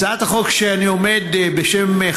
הצעת החוק שאני עומד לדבר עליה עכשיו בשם